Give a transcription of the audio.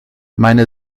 meine